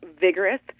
vigorous